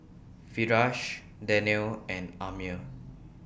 Firash Daniel and Ammir